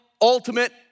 ultimate